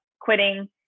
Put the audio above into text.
quitting